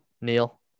Neil